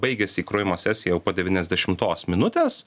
baigėsi įkrovimo sesija jau po devyniasdešimtos minutės